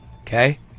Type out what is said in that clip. Okay